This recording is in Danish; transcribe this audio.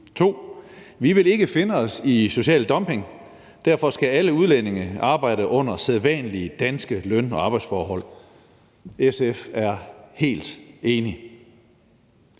vil vi ikke finde os i social dumping, og derfor skal alle udlændinge arbejde under sædvanlige danske løn- og arbejdsforhold. SF er helt enig.